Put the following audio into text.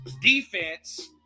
defense